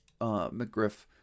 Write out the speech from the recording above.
McGriff